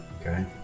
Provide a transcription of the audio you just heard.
Okay